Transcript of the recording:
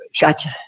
Gotcha